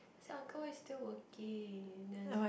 I said uncle why still working then he said